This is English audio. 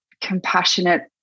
compassionate